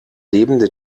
lebende